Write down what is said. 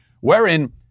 wherein